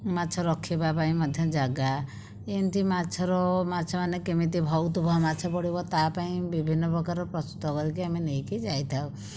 ମାଛ ରଖିବା ପାଇଁ ମଧ୍ୟ ଜାଗା ଏମିତି ମାଛର ମାଛମାନେ କେମିତି ବହୁତ ମାଛ ପଡ଼ିବ ତା ପାଇଁ ବିଭିନ୍ନପ୍ରକାର ପ୍ରସ୍ତୁତ କରିକି ଆମେ ନେଇକି ଯାଇଥାଉ